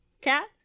cat